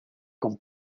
con